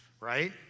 right